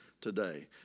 today